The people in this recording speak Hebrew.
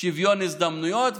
שוויון הזדמנויות.